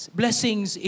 blessings